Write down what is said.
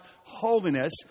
holiness